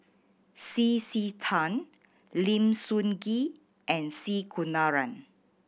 C C Tan Lim Sun Gee and C Kunalan